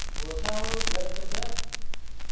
ᱵᱚᱨᱥᱟ ᱦᱩᱲᱩ ᱜᱮᱫ ᱠᱟᱛᱮᱜ